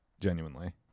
Genuinely